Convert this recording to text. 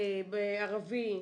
ערבי,